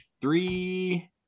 three